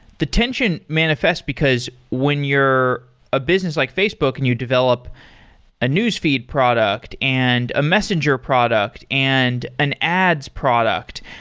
the tension manifests, because when you're a business like facebook and you develop a news feed product and a messenger product and an ads product,